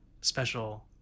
special